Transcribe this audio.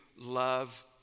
love